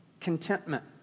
contentment